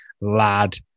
lad